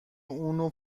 اونو